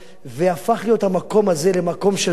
והמקום הזה הפך להיות למקום של זעקה אמיתית.